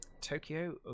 Tokyo